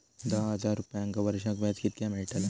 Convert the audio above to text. दहा हजार रुपयांक वर्षाक व्याज कितक्या मेलताला?